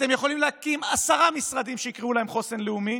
אתם יכולים להקים עשרה משרדים שיקראו להם "חוסן לאומי",